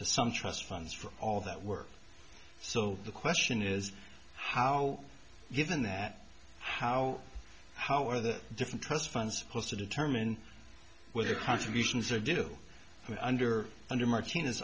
to some trust funds for all that work so the question is how given that how how are the different person fund supposed to determine whether contributions are due under under martnez